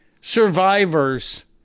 survivors